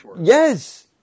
Yes